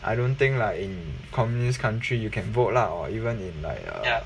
I don't think like in communist country you can vote lah or even in like err